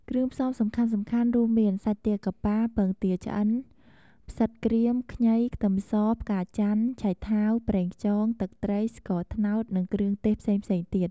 គ្រឿងផ្សំសំខាន់ៗរួមមាន សាច់ទាកាប៉ា ពងទាឆ្អិន ផ្សិតក្រៀម ខ្ញី ខ្ទឹមស ផ្កាចន្ទន៍ ឆៃថាវ ប្រេងខ្យង ទឹកត្រី ស្ករត្នោត និងគ្រឿងទេសផ្សេងៗទៀត។